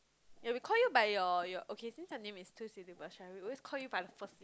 ya we call you by your your okay since your name is two syllables right we always call you by the first